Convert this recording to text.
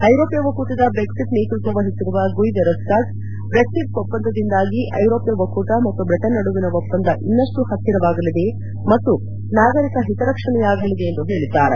ಐರೋಪ್ಯ ಒಕ್ಕೂ ಟದ ಬ್ರೆಕ್ಬಿಟ್ ನೇತೃತ್ವವಹಿಸಿರುವ ಗುಯ್ ವೆರೋಸ್ವಾಡ್ ಬ್ರೆಕ್ಸಿಟ್ ಒಪ್ಪಂದದಿಂದಾಗಿ ಐರೋಪ್ಯ ಒಕ್ಕೂಟ ಮತ್ತು ಬ್ರಿಟನ್ ನಡುವಿನ ಒಪ್ಪಂದ ಇನ್ನಷ್ಟು ಹತ್ತಿರವಾಗಲಿದೆ ಮತ್ತು ನಾಗರಿಕ ಹಿತರಕ್ಷಣೆಯಾಗಲಿದೆ ಎಂದು ಹೇಳಿದ್ದಾರೆ